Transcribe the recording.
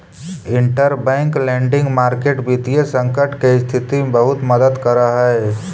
interbank lending market वित्तीय संकट के स्थिति में बहुत मदद करऽ हइ